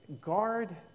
guard